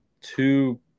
two